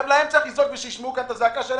גם בשבילם צריך לזעוק ושישמעו את הזעקה שלהם.